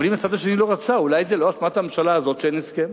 אבל אם הצד השני לא רוצה אולי זה לא באשמת הממשלה הזאת שאין הסכם?